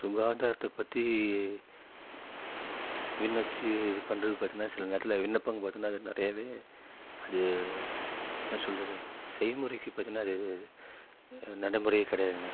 சுகாதாரத்தைப் பற்றி விண்ணச்சி இது பண்ணுறது பார்த்திங்கனா சில நேரத்தில் விண்ணப்பங்க பார்த்திங்கனா அது நிறையாவே அது என்ன சொல்கிறது செய்முறைக்கு பார்த்திங்கனா அது நடைமுறையே கிடையாதுங்க